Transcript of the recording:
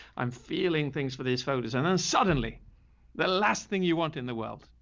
i'm feeling things for these folders. and then suddenly the last thing you want in the world,